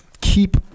keep